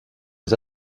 les